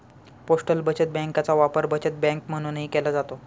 postal बचत बँकेचा वापर बचत बँक म्हणूनही केला जातो